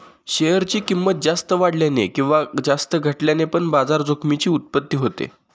share ची किंमत जास्त वाढल्याने किंवा जास्त घटल्याने पण बाजार जोखमीची उत्पत्ती होते